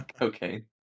Okay